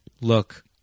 look